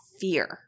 fear